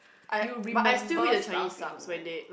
you remember stuff you know